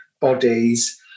bodies